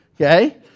okay